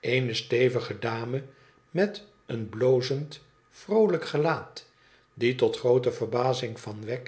eene stevige dame met een blozend vroolijk gelaat die tot groote verbazing van wegg